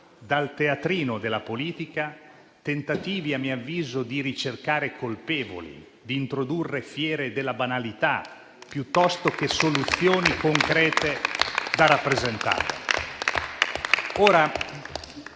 dal teatrino della politica tentativi di ricercare colpevoli, di introdurre fiere della banalità piuttosto che soluzioni concrete da rappresentare.